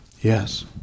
Yes